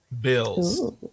bills